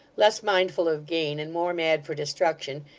less mindful of gain and more mad for destruction,